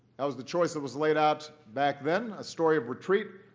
that was the choice that was laid out back then a story of retreat,